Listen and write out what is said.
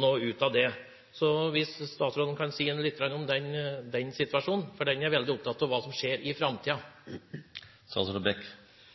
noe ut av det. Kanskje statsråden kan si litt om den situasjonen, for jeg er veldig opptatt av hva som skjer i